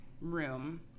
room